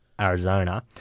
Arizona